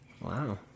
Wow